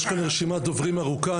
יש כאן רשימת דוברים ארוכה.